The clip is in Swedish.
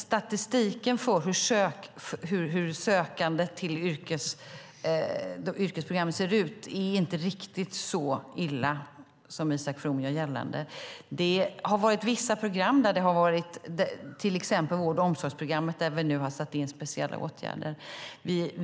Statistiken över antalet sökande till yrkesprogrammen är inte riktigt så illa som Isak From gör gällande. Det har gällt vissa program, till exempel vård och omsorgsprogrammet, och där har vi nu satt in speciella åtgärder.